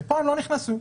וכאן הם לא נכנסו.